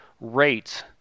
rates